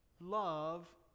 love